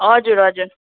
हजुर हजुर